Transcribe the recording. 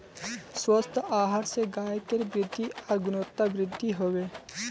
स्वस्थ आहार स गायकेर वृद्धि आर गुणवत्तावृद्धि हबे